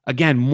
Again